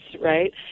right